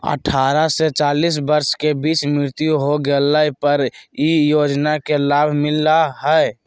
अठारह से पचास वर्ष के बीच मृत्यु हो गेला पर इ योजना के लाभ मिला हइ